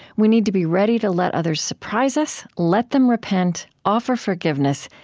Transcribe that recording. we need to be ready to let others surprise us, let them repent, offer forgiveness,